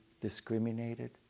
discriminated